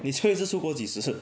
你最后一次出国几时